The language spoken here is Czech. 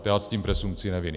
Já ctím presumpci neviny.